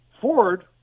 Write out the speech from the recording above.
Ford